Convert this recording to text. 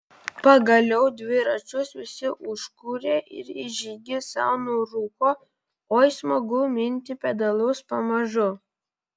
pagaliau dviračius visi užkūrė ir į žygį sau nurūko oi smagu minti pedalus pamažu